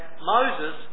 Moses